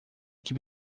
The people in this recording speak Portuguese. que